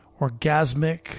orgasmic